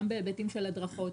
גם בהיבטים של הדרכות,